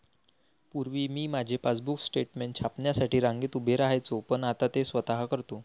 पूर्वी मी माझे पासबुक स्टेटमेंट छापण्यासाठी रांगेत उभे राहायचो पण आता ते स्वतः करतो